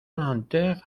lanterne